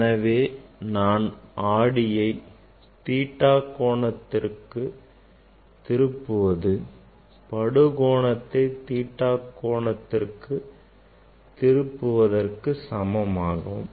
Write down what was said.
எனவே நான் அடியை theta கோணத்திற்கு திருப்புவது படுகோணத்தை theta கோணத்திற்கு திருப்புவதற்கு சமமாகும்